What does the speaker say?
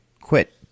quit